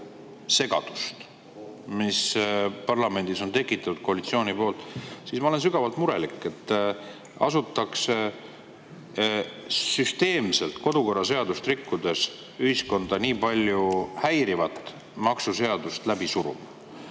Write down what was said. segadust, mis parlamendis on tekitatud koalitsiooni poolt, siis ma olen sügavalt murelik. Asutakse süsteemselt kodukorraseadust rikkudes ühiskonda nii palju häirivat maksuseadust läbi suruma.